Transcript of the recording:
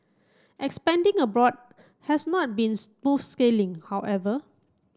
expanding abroad has not been smooth sailing however